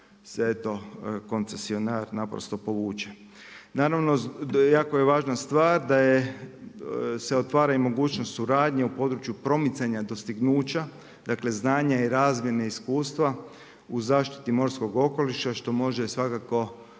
eto koncesionar naprosto povuče. Naravno jako je važna stvar da se otvara i mogućnost suradnje u području promicanja dostignuća, dakle znanja i razmjene iskustva u zaštiti morskog okoliša što može svakako